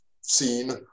seen